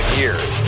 years